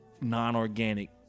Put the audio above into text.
non-organic